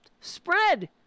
spread